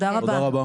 תודה רבה.